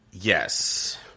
Yes